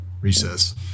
recess